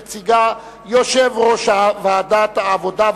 יציגה יושב-ראש ועדת העבודה,